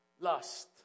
Lust